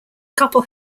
couple